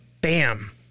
bam